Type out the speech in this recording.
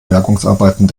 bergungsarbeiten